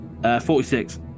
46